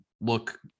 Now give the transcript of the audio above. look